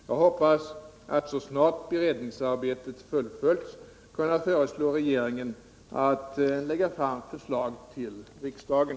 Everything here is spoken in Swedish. Jag hoppas att så snart beredningsarbetet fullföljts kunna föreslå regeringen att lägga fram förslag till riksdagen.